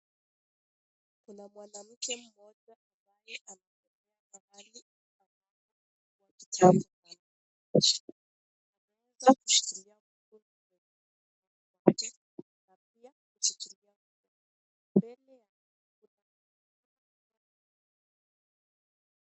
Kuna mwanamke mmoja ambaye amevaa mahali amevaa kitambaa cha shingo. Anaweza kushikilia mtoto mmoja na pia kushikilia mtoto mwingine. Mbele ya kuna